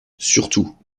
surtout